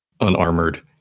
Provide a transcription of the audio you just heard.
unarmored